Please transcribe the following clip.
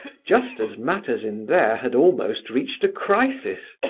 just as matters in there had almost reached a crisis.